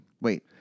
Wait